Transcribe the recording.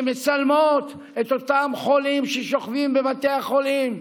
שמצלמות את אותם חולים ששוכבים בבתי החולים,